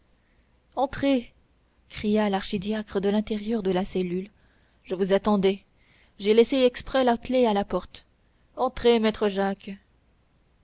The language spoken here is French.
entrez cria l'archidiacre de l'intérieur de la cellule je vous attendais j'ai laissé exprès la clef à la porte entrez maître jacques